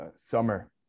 Summer